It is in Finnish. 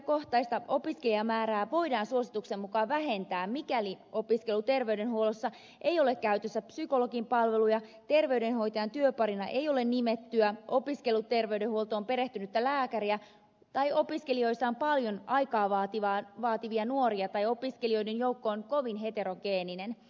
terveydenhoitajakohtaista opiskelijamäärää voidaan suosituksen mukaan vähentää mikäli opiskeluterveydenhuollossa ei ole käytössä psykologin palveluja terveydenhoitajan työparina ei ole nimettyä opiskeluterveydenhuoltoon perehtynyttä lääkäriä tai opiskelijoissa on paljon aikaa vaativia nuoria tai opiskelijoiden joukko on kovin heterogeeninen